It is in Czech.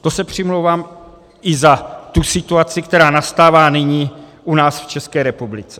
To se přimlouvám i za tu situaci, která nastává nyní u nás v České republice.